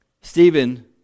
Stephen